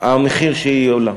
המחיר שהיא עולה.